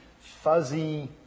fuzzy